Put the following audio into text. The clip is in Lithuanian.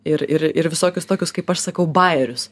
ir ir ir visokius tokius kaip aš sakau baikerius